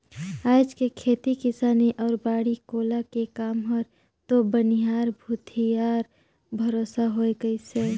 आयज के खेती किसानी अउ बाड़ी कोला के काम हर तो बनिहार भूथी यार भरोसा हो गईस है